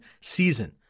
season